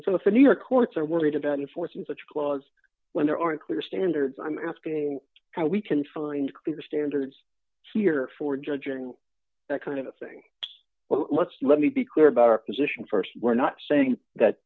a new york courts are worried about enforcing such a clause when there aren't clear standards i'm asking how we can find clear standards here for judging that kind of thing well let's let me be clear about our position st we're not saying that